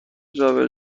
جابه